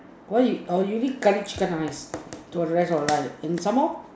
why you or you eat curry chicken nice for the rest of your life and some more